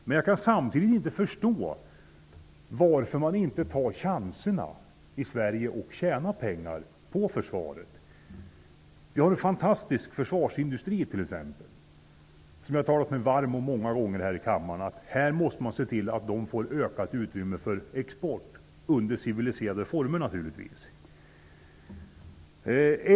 Men samtidigt kan jag inte förstå att man i Sverige inte tar de chanser som finns att tjäna pengar på försvaret. Sverige har en fantastisk försvarsindustri. Den har jag många gånger här i kammaren talat mig varm för. Jag har sagt att man måste se till att det ges ökat utrymme för export, under civiliserade former naturligtvis.